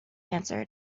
answered